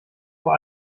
vor